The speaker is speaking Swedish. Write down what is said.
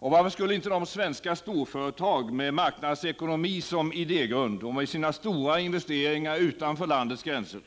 Och varför skulle inte de svenska storföretag med marknadsekonomi som idégrund i sina stora investeringar utanför landets gränser